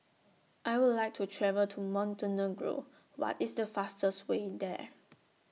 I Would like to travel to Montenegro What IS The fastest Way in There